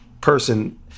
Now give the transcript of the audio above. person